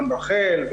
גם רחל,